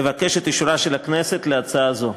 אבקש את אישורה של הכנסת להצעה זו.